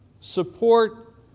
support